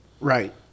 Right